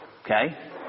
Okay